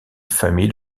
famille